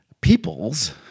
peoples